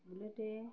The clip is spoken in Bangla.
বুলেটে